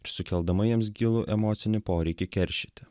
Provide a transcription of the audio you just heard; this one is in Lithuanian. ir sukeldama jiems gilų emocinį poreikį keršyti